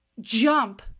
jump